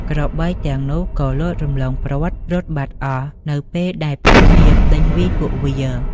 ក្របីទាំងនោះក៏លោតរំលងព្រ័ត្ររត់បាត់អស់នៅពេលដែលពួកសៀមដេញវាយពួកវា។